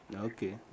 Okay